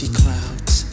clouds